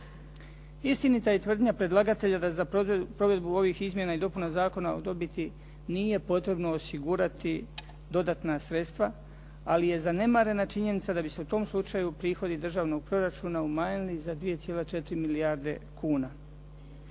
Istinita je tvrdnja predlagatelja da za provedbu ovih izmjena i dopuna Zakona o dobiti nije potrebno osigurati dodatna sredstva, ali je zanemarena činjenica da bi se u tom slučaju prihodi državnog proračuna umanjili za 2,4 milijarde kuna.